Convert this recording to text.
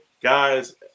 guys